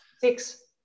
Six